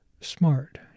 smart